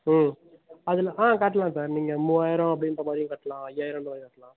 ம் அதெல்லாம் ஆ கட்டலாம் சார் நீங்கள் மூவாயிரம் அப்படின்ற மாதிரியும் கட்டலாம் ஐயாயிரம்ங்ற மாதிரி கட்டலாம்